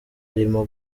arimo